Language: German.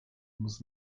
muss